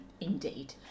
indeed